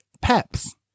Peps